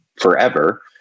forever